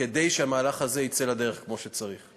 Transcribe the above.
כדי שהמהלך הזה יצא לדרך כמו שצריך.